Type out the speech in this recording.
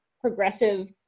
progressive